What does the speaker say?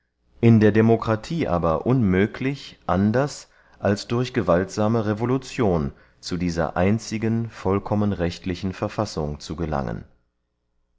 in der demokratie aber unmöglich anders als durch gewaltsame revolution zu dieser einzigen vollkommen rechtlichen verfassung zu gelangen